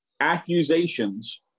accusations